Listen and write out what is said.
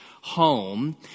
home